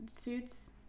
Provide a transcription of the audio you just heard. suits